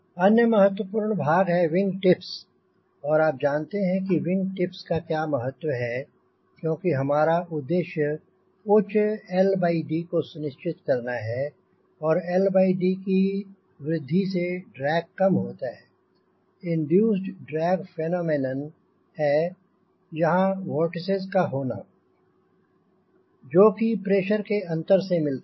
अन्य महत्वपूर्ण भाग है विंग टिप्स और आप जानते हैं की विंग टिप्स का क्या महत्व है क्योंकि हमारा उद्देश्य उच्च L D को सुनिश्चित करना है और L D की वृद्धि से ड्रैग कम होता है और इंड्यूसेड ड्रैग फेनोमेनन है यहांँ वोर्टिसिस का होना जोकि प्रेशर के अंतर से मिलते हैं